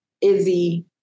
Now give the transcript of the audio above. Izzy